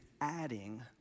adding